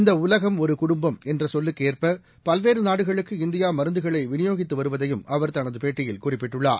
இந்த உலகம் ஒரு குடும்பம் என்ற சொல்லுக்கு ஏற்ப பல்வேறு நாடுகளுக்கு இந்தியா மருந்துகளை விநியோகித்து வருவதையும் அவர் தனது பேட்டியில் குறிப்பிட்டுள்ளார்